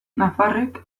nafarrek